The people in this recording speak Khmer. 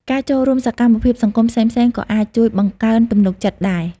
ការចូលរួមសកម្មភាពសង្គមផ្សេងៗក៏អាចជួយបង្កើនទំនុកចិត្តដែរ។